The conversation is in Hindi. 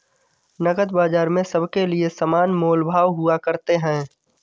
नकद बाजार में सबके लिये समान मोल भाव हुआ करते हैं